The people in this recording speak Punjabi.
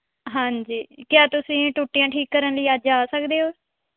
ਹਾਂਜੀ ਕਿਆ ਤੁਸੀਂ ਟੁੱਟੀਆਂ ਠੀਕ ਕਰਨ ਲਈ ਅੱਜ ਆ ਸਕਦੇ ਹੋ